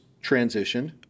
transitioned